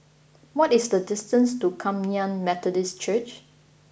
what is the distance to Kum Yan Methodist Church